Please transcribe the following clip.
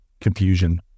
confusion